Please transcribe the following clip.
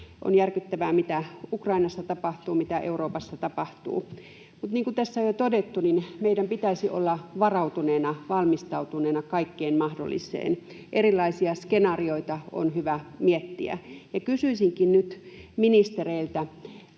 On järkyttävää, mitä Ukrainassa tapahtuu, mitä Euroopassa tapahtuu. Niin kuin tässä on jo todettu, meidän pitäisi olla varautuneena ja valmistautuneena kaikkeen mahdolliseen. Erilaisia skenaarioita on hyvä miettiä. Kysyisinkin nyt ministereiltä: